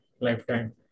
lifetime